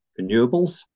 renewables